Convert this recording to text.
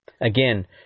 Again